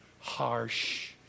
harsh